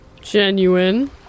genuine